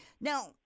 Now